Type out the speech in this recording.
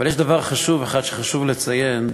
אבל יש דבר אחד שחשוב לציין: